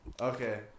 Okay